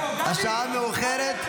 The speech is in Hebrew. השעה מאוחרת.